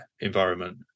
environment